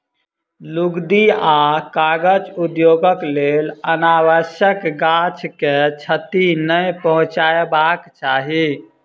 लुगदी आ कागज उद्योगक लेल अनावश्यक गाछ के क्षति नै पहुँचयबाक चाही